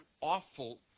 awful